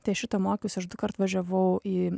tai šito mokiausi aš dukart važiavau į